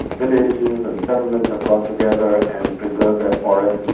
villages and settlements have got together and preserved their forests,